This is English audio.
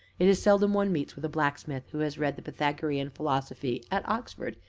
it is seldom one meets with a blacksmith who has read the pythagorean philosophy at oxford,